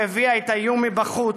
שהביאה את האיום מבחוץ,